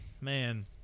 man